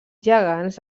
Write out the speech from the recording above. gegants